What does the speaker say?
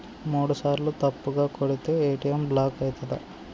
మూడుసార్ల తప్పుగా కొడితే ఏ.టి.ఎమ్ బ్లాక్ ఐతదా?